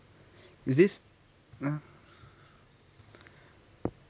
is this ah